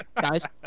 Guys